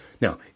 Now